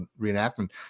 reenactment